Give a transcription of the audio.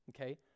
okay